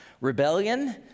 rebellion